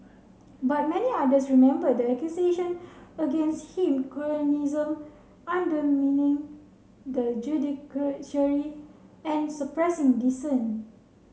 but many others remember the accusation against him cronyism undermining the and suppressing dissent